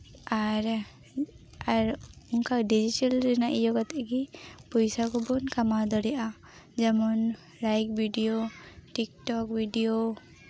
ᱟᱨ digital ᱨᱮᱭᱟᱜ ᱤᱭᱟᱹ ᱠᱟᱛᱮ ᱜᱮ ᱯᱚᱭᱥᱟ ᱠᱚᱵᱚᱱ ᱠᱟᱢᱟᱣ ᱫᱟᱲᱮᱭᱟᱜᱼᱟ ᱡᱮᱢᱚᱱ ᱞᱟᱭᱤᱠ ᱵᱷᱤᱰᱭᱳ ᱴᱤᱠᱴᱚᱠ ᱵᱷᱤᱰᱭᱳ